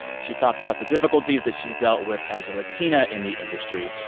she talks about the difficulties that she's dealt with as a latina in the industry,